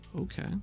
Okay